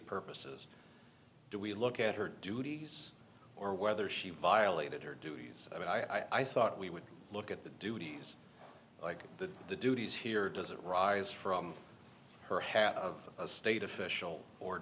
purposes do we look at her duties or whether she violated her duties i thought we would look at the duties like that the duties here doesn't rise from her head of a state official or